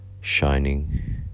shining